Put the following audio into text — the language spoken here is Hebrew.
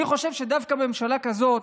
אני חושב שדווקא בממשלה כזאת,